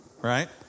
Right